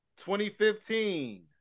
2015